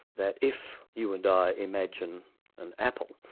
that if you and i imagine an apple,